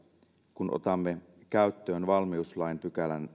kun otamme käyttöön valmiuslain sadannenkahdeksannentoista pykälän